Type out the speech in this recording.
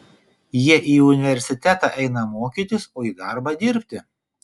jie į universitetą eina mokytis o į darbą dirbti